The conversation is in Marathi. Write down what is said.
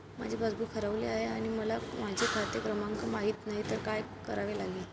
माझे पासबूक हरवले आहे आणि मला खाते क्रमांक माहित नाही तर काय करावे लागेल?